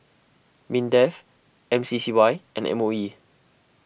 Mindef M C C Y and M O E